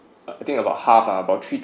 I think about half lah about three